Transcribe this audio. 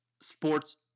Sports